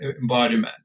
embodiment